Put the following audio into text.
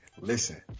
listen